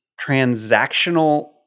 transactional